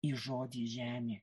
į žodį žemė